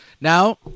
Now